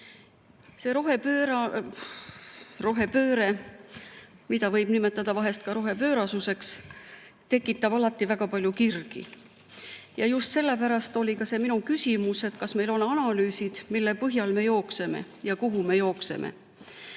See rohepööre, mida võib nimetada vahest ka rohepöörasuseks, tekitab alati väga palju kirgi. Ja just sellepärast esitasin ma ka küsimuse, kas meil on analüüsid, mille põhjal me jookseme ja kuhu me jookseme."Eesmärk